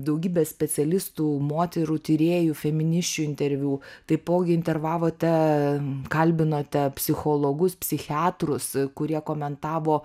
daugybę specialistų moterų tyrėjų feminisčių interviu taipogi intervavote kalbinote psichologus psichiatrus kurie komentavo